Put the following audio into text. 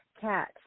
cat